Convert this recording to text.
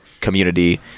community